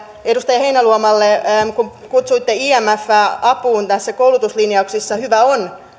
edustaja heinäluomalle kun kutsuitte imfää apuun koulutuslinjauksissa hyvä on